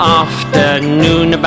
afternoon